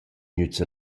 gnüts